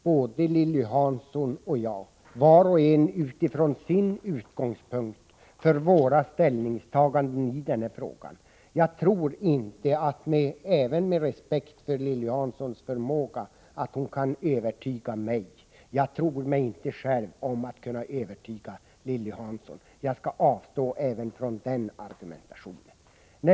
Både Lilly Hansson och jag, var och en från sin utgångspunkt, har säkerligen goda argument för våra ställningstaganden i denna fråga. Med all respekt för Lilly Hanssons förmåga tror jag inte att Lilly Hansson kan övertyga mig. Jag tror mig inte själv om att kunna övertyga Lilly Hansson. Jag skall avstå även från den argumentationen.